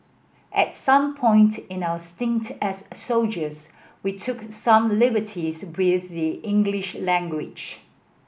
at some point in our stint as soldiers we took some liberties with the English language